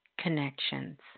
connections